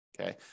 Okay